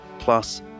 Plus